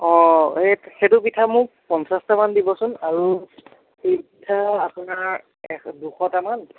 অঁ এই সেইটো পিঠা মোক পঞ্চাছটা মান দিবচোন আৰু তিল পিঠা আপোনাৰ দুশটা মান